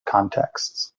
contexts